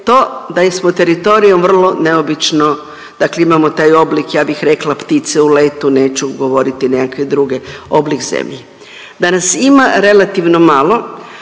to da smo teritorijem vrlo neobično, dakle imamo taj oblik ja bih rekla ptice u letu, neću govoriti nekakve druge oblik zemlje, da nas ima relativno malo,